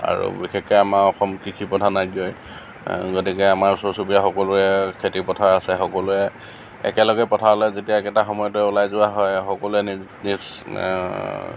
আৰু বিশেষকৈ আমাৰ অসম কৃষি প্ৰধান ৰাজ্যই গতিকে আমাৰ ওচৰ চুবুৰীয়া সকলোৱে খেতি পথাৰ আছে সকলোৱে একেলগে পথাৰলৈ যেতিয়া একেটা সময়তে ওলাই যোৱা হয় সকলোৱে নি